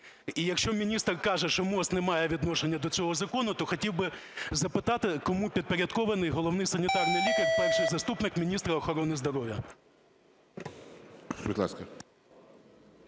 І якщо міністр каже, що МОЗ не має відношення до цього закону, то хотів би запитати, кому підпорядкований Головний санітарний лікар – перший заступник міністра охорони здоров'я?